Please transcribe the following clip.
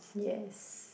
yes